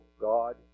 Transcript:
God